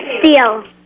steal